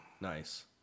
Nice